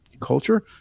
culture